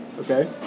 Okay